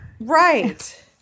right